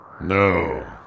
No